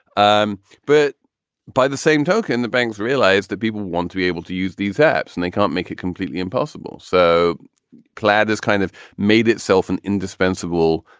um but by the same token, the banks realized that people want to be able to use these apps and they can't make it completely impossible. so cloud is kind of made itself and indispensable,